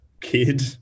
kid